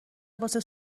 واسه